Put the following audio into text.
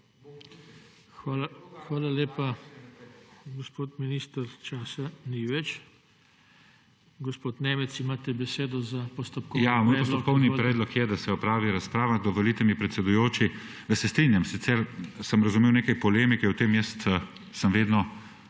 Hvala lepa. Gospod minister, časa ni več. Gospod Nemec, imate besedo za postopkovni predlog. **MATJAŽ NEMEC (PS SD):** Moj postopkovni predlog je, da se opravi razprava. Dovolite mi, predsedujoči, sicer se strinjam, sem razumel neke polemike o tem, jaz sem vedno